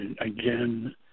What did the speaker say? again